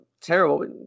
terrible